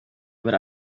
about